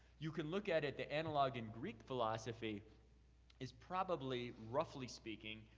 you can look at at the analog in greek philosophy is probably, roughly speaking,